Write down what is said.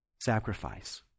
sacrifice